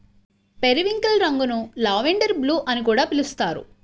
periwinkle రంగును lavender blue అని కూడా పిలుస్తారు